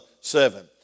seven